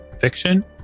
fiction